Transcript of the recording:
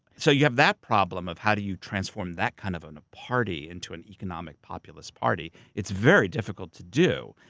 so you have that problem of how do you transform that kind of a party into an economic populous party. it's very difficult to do.